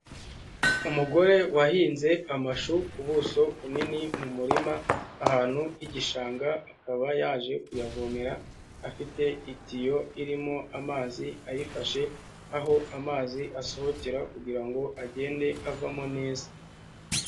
Umugore wahinze amashu k’ubuso bunini mu murima ahantu h'igishanga, akaba yaje kuyavomera afite itiyo irimo amazi ayifashe aho amazi asohokera kugira ngo agende avamo neza.